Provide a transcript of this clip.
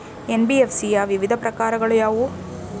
NBFC ಯ ವಿವಿಧ ಪ್ರಕಾರಗಳು ಯಾವುವು?